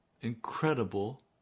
incredible